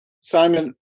Simon